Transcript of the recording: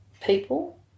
people